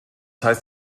heißt